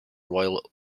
royal